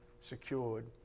secured